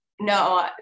no